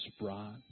brought